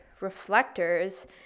reflectors